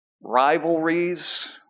rivalries